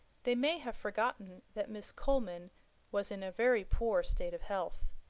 they may have forgotten that miss coleman was in a very poor state of health.